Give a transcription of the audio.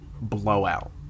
blowout